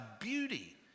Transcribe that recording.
beauty